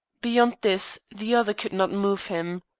beyond this, the other could not move him.